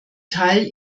teil